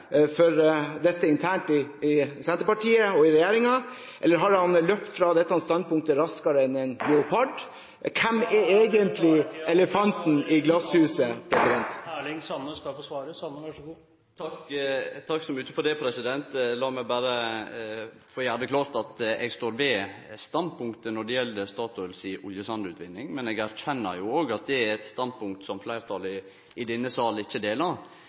for dette internt i Senterpartiet, og i regjeringen, eller har han løpt fra dette standpunktet raskere enn en leopard ? Hvem er egentlig elefanten i glasshuset? Lat meg berre få gjere det klart at eg står ved det standpunktet når det gjeld Statoil si oljesandutvinning, men eg erkjenner òg at det er eit standpunkt som fleirtalet i denne salen ikkje deler. Då er det ein representant, ein politikar, si plikt å jobbe for dei politiske standpunkta ein har, i denne sal